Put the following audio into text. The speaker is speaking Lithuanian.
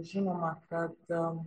žinoma kad